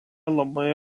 labai